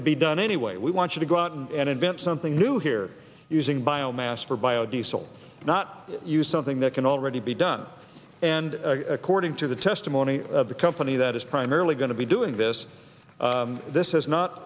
could be done anyway we want you to go out and invent something new here using biomass for bio diesel not use something that can already be done and according to the testimony of the company that is primarily going to be doing this this has not